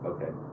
Okay